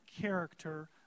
character